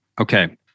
Okay